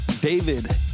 David